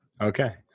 Okay